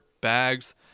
bags